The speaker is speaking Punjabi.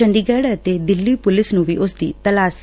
ਚੰਡੀਗੜ੍ ਅਤੇ ਦਿੱਲੀ ਪੁਲਿਸ ਨੂੰ ਵੀ ਉਸਦੀ ਤਲਾਸ਼ ਸੀ